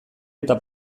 eta